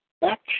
back